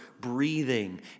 breathing